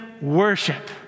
worship